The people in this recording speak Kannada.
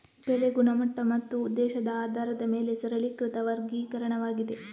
ಬೆಳೆ ಗುಣಮಟ್ಟ ಮತ್ತು ಉದ್ದೇಶದ ಆಧಾರದ ಮೇಲೆ ಸರಳೀಕೃತ ವರ್ಗೀಕರಣವಾಗಿದೆ